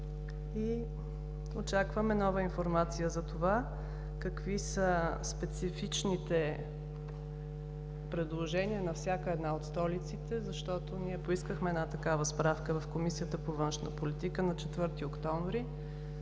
Очакваме нова информация за това какви са специфичните предложения на всяка една от столиците, защото ние поискахме една такава справка в Комисията по външна политика на 4 октомври